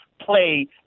play